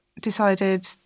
decided